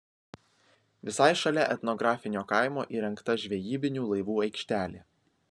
visai šalia etnografinio kaimo įrengta žvejybinių laivų aikštelė